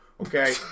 Okay